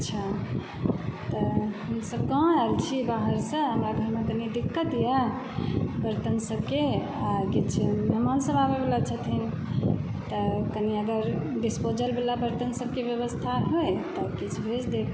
अच्छा तऽ हमसभ गाँव आयल छी बाहरसँ हमरा घरमे कनी दिक्कत यऽ बर्तन सभके आ किछु मेहमानसभ आबयवला छथिन तऽ कनी अगर डिस्पोजलवला बर्तन सभकें व्यवस्था होय तऽ किछु भेज देब